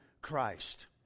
Christ